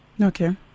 Okay